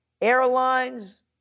Airlines